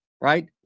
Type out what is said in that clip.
right